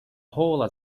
hall